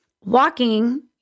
Walking